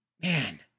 man